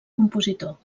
compositor